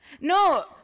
No